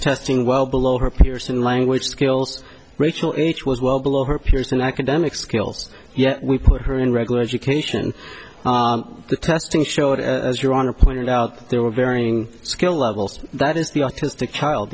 testing well below her peers in language skills rachel it was well below her peers and academic skills yet we put her in regular education the testing showed as your honor pointed out there were varying skill levels that is the